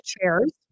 chairs